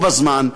או בזמן,